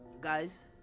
guys